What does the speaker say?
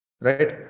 right